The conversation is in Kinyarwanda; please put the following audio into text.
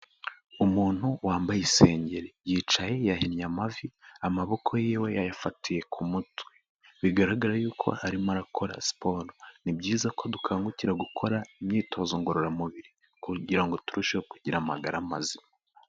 Umuntu wambaye isengeri yicaye yahinnye amavi, amaboko yiwe yayafatiye ku mutwe, bigaragara yuko arimo arakora siporo ni byiza ko dukangukira gukora imyitozo ngororamubiri kugira ngo turusheho kugira amagara mazima.